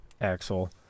Axel